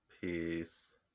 Peace